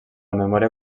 memòria